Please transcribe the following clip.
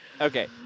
Okay